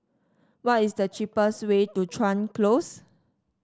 what is the cheapest way to Chuan Close